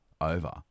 over